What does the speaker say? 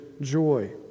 joy